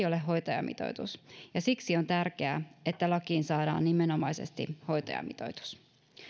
ole hoitajamitoitus ja siksi on tärkeää että lakiin saadaan nimenomaisesti hoitajamitoitus